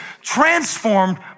transformed